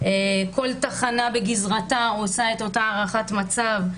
כל תחנה בגזרתה עושה את אותה הערכת מצב.